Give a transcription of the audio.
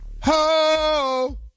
Ho